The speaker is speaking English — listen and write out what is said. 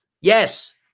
Yes